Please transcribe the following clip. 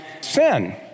sin